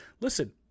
listen